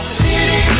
city